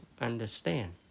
understand